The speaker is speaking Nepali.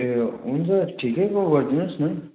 ए हुन्छ ठिकैको गरिदिनुहोस् न